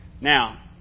Now